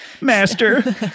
Master